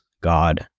God